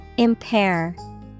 Impair